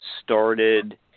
started